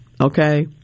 okay